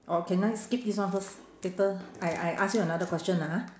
or can I skip this one first later I I ask you another question lah ha